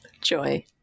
Joy